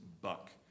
buck